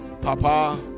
Papa